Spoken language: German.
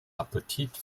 appetit